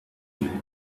minute